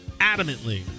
adamantly